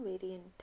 variant